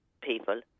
people